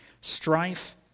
Strife